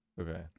Okay